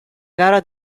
gara